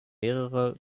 mehrere